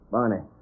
Barney